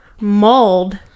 mauled